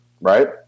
Right